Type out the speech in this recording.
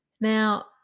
Now